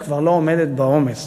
שכבר לא עומדת בעומס,